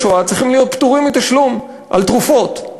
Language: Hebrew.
השואה צריכים להיות פטורים מתשלום על תרופות.